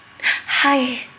hi